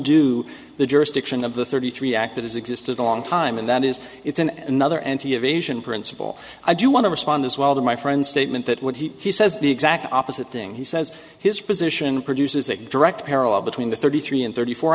undo the jurisdiction of the thirty three act that is existed a long time and that is it's an another anti evasion principle i do want to respond as well to my friend statement that when he says the exact opposite thing he says his position produces a direct parallel between the thirty three and thirty four